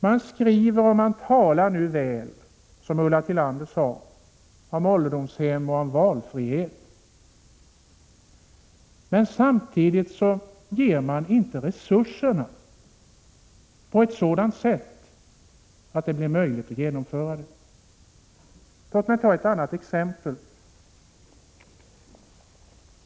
De skriver och talar väl, som Ulla Tillander sade, om ålderdomshem och valfrihet, men samtidigt ger de inte resurserna på ett sådant sätt att detta kan genomföras. Låt mig ta ett annat exempel.